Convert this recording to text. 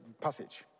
passage